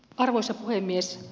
arvoisa puhemies